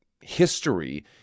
history